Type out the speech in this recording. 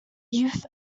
youth